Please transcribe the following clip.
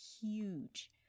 huge